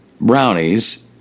brownies